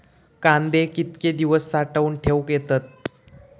कांदे कितके दिवस साठऊन ठेवक येतत?